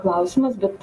klausimas bet